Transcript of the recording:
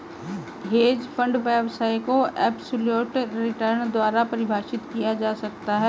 hedge fund व्यवसाय को absolute return द्वारा परिभाषित किया जा सकता है